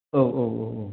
औ औ औ